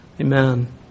Amen